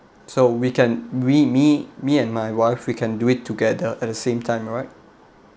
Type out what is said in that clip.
so we can we me me and my wife we can do it together at the same time right